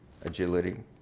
agility